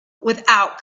without